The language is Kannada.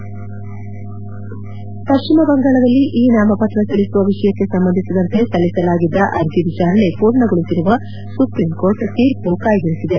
ಹೆಡ್ ಪಶ್ಚಿಮ ಬಂಗಾಳದಲ್ಲಿ ಇ ನಾಮಪತ್ರ ಸಲ್ಲಿಸುವ ವಿಷಯಕ್ಕೆ ಸಂಬಂಧಿಸಿದಂತೆ ಸಲ್ಲಿಸಲಾಗಿದ್ದ ಅರ್ಜೆ ವಿಚಾರಣೆ ಪೂರ್ಣಗೊಳಿಸಿರುವ ಸುಪ್ರೀಂ ಕೋರ್ಟ್ ತೀರ್ಮ ಕಾಯ್ಗಿರಿಸಿದೆ